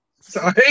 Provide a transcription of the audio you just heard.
Sorry